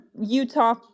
Utah